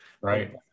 right